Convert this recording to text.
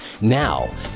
Now